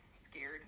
scared